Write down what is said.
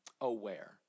aware